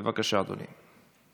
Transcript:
בבקשה, אדוני.